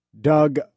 Doug